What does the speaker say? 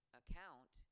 account